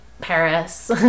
Paris